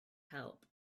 help